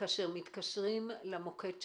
וכאשר מתקשרים למוקד שלכם,